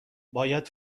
باید